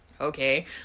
okay